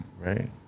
right